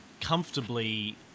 comfortably